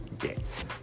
get